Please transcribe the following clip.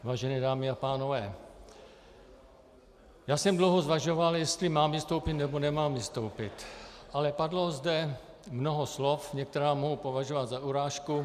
Vážené dámy a pánové, já jsem dlouho zvažoval, jestli mám vystoupit, nebo nemám vystoupit, ale padlo zde mnoho slov, některá mohu považovat za urážku.